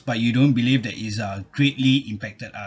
but you don't believe that is uh greatly impacted us